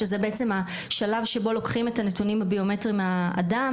שזה בעצם השלב שבו לוקחים את הנתונים הביומטריים מהאדם,